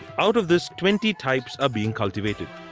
out of this, twenty types are being cultivated.